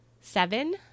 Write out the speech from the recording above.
seven